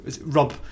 Rob